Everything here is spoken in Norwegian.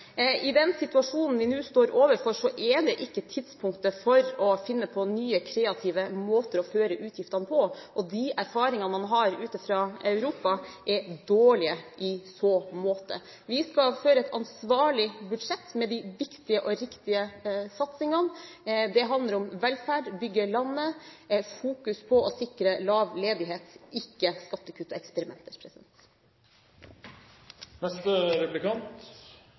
I den situasjonen vi nå står overfor, er det ikke tidspunktet for å finne på nye kreative måter å føre utgiftene på. De erfaringene man har ute fra Europa, er dårlige i så måte. Vi skal føre et ansvarlig budsjett med de viktige og riktige satsingene. Det handler om velferd, om å bygge landet og ha fokus på å sikre lav ledighet – ikke skattekutt og eksperimenter.